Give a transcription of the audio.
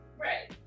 right